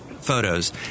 photos